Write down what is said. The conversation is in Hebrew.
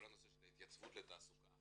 כל הנושא של התייצבות לתעסוקה,